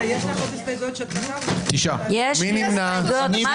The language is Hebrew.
מי נמנע?